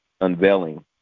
unveiling